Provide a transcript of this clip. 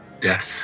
death